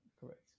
Correct